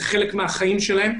זה חלק מהחיים שלהם,